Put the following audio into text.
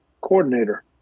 coordinator